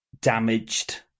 damaged